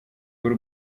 b’u